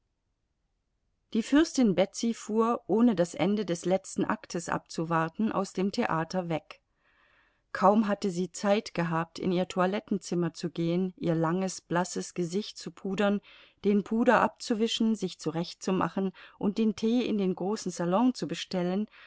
die fürstin betsy fuhr ohne das ende des letzten aktes abzuwarten aus dem theater weg kaum hatte sie zeit gehabt in ihr toilettenzimmer zu gehen ihr langes blasses gesicht zu pudern den puder abzuwischen sich zurechtzumachen und den tee in den großen salon zu bestellen